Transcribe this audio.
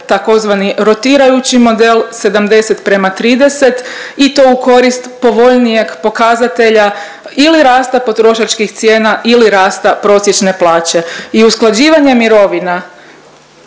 tzv. rotirajući model 70 prema 30 i to u korist povoljnijeg pokazatelja ili rasta potrošačkih cijena ili rasta prosječne plaće. I usklađivanje mirovina